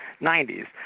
90s